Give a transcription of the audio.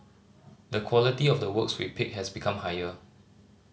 the quality of the works we pick has become higher